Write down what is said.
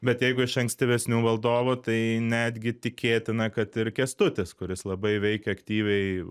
bet jeigu iš ankstyvesnių valdovų tai netgi tikėtina kad ir kęstutis kuris labai veikė aktyviai